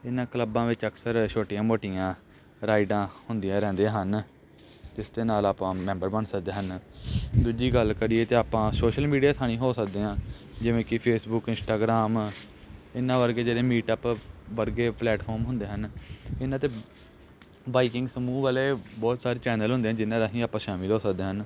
ਇਹਨਾਂ ਕਲੱਬਾਂ ਵਿੱਚ ਅਕਸਰ ਛੋਟੀਆਂ ਮੋਟੀਆਂ ਰਾਈਡਾਂ ਹੁੰਦੀਆਂ ਰਹਿੰਦੀਆਂ ਹਨ ਜਿਸ ਦੇ ਨਾਲ ਆਪਾਂ ਮੈਂਬਰ ਬਣ ਸਕਦੇ ਹਾਂ ਦੂਜੀ ਗੱਲ ਕਰੀਏ ਤਾਂ ਆਪਾਂ ਸੋਸ਼ਲ ਮੀਡੀਆ ਥਾਣੀ ਹੋ ਸਕਦੇ ਹਾਂ ਜਿਵੇਂ ਕਿ ਫੇਸਬੁੱਕ ਇੰਸਟਾਗ੍ਰਾਮ ਇਹਨਾਂ ਵਰਗੇ ਜਿਹੜੇ ਮੀਟ ਅਪ ਵਰਗੇ ਪਲੈਟਫੋਮ ਹੁੰਦੇ ਹਨ ਇਹਨਾਂ 'ਤੇ ਬਾਈਕਿੰਗ ਸਮੂਹ ਵਾਲੇ ਬਹੁਤ ਸਾਰੇ ਚੈਨਲ ਹੁੰਦੇ ਜਿਹਨਾਂ ਰਾਹੀਂ ਆਪਾਂ ਸ਼ਾਮਿਲ ਹੋ ਸਕਦੇ ਹਨ